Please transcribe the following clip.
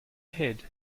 head